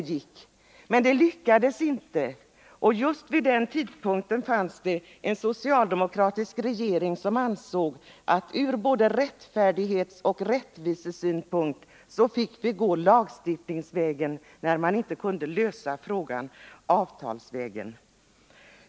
Men det lyckades inte. Den socialdemokratiska regeringen ansåg att det från rättfärdighetsoch rättvisesynpunkt var berättigat att gå lagstiftningsvägen när man inte kunde lösa det avtalsvägen.